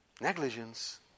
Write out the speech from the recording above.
Negligence